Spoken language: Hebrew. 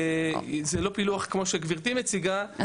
זה לא פילוח כמו שגבירתי מציגה,